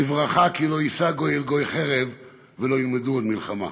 בברכה: "לא ישא גוי אל גוי חרב ולא ילמדו עוד מלחמה".